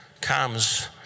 comes